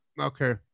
Okay